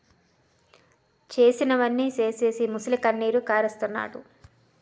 చేసినవన్నీ సేసీసి మొసలికన్నీరు కారస్తన్నాడు